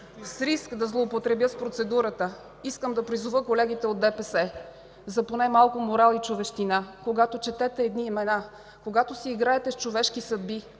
С риск да злоупотребя с процедурата, искам да призова колегите от ДПС за поне малко морал и човещина! Когато четете едни имена, когато си играете с човешки съдби,